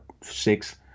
six